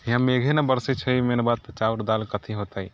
यहाँ मेघे ने बरसै छै मेन बात तऽ चाउर दालि कथी होतै